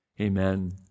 amen